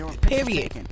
Period